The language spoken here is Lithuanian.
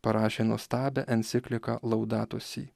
parašė nuostabią encikliką laudatusi